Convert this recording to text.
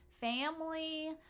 family